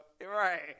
Right